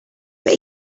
but